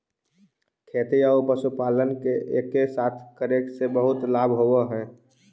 खेती आउ पशुपालन एके साथे करे से बहुत लाभ होब हई